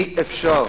אי-אפשר,